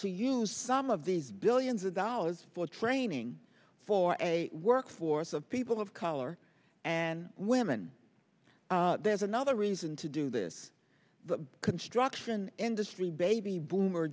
to use some of these billions of dollars for training for a workforce of people of color and women there's another reason to do this the construction industry baby boomer